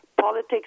politics